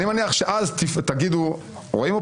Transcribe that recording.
אני מניח שאז תגידו: אתם רואים,